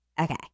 okay